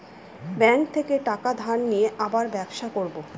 bank থেকে টাকা ধার নিয়ে আবার ব্যবসা করবো